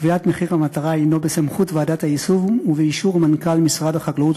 קביעת מחיר המטרה היא בסמכות ועדת היישום ובאישור מנכ"ל משרד החקלאות